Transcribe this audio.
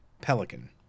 Pelican